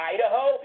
Idaho